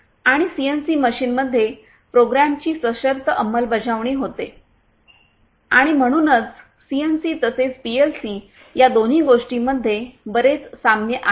आणि सीएनसी मशीनमध्ये प्रोग्रामची सशर्त अंमलबजावणी होते आणि म्हणूनच सीएनसी तसेच पीएलसी या दोन्ही गोष्टींमध्ये बरेच साम्य आहे